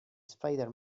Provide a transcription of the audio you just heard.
spider